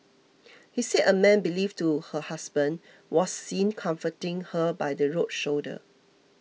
he said a man believed to her husband was seen comforting her by the road shoulder